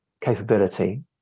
capability